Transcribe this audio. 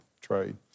trade